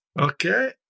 Okay